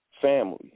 family